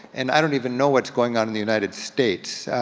and i don't even know what's going on in the united states.